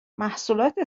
محصولات